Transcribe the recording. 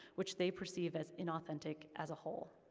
which they perceive as inauthentic, as a whole.